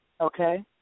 okay